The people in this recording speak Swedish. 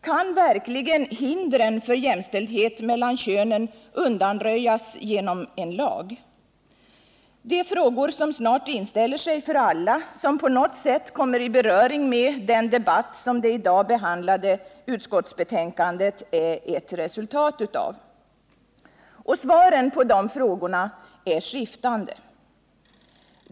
Kan verkligen hindren för jämställdhet mellan könen undanröjas genom en lag? Det är frågor som snart inställer sig för alla som på något sätt kommer i beröring med den debatt som det i dag behandlade utskottsbetänkandet är ett resultat av. Svaren på frågorna är skiftande.